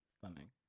Stunning